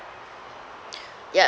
ya